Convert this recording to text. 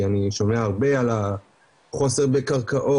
כי אני שומע הרבה על החוסר בקרקעות,